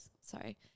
sorry